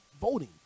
voting